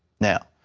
now,